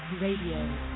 Radio